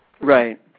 Right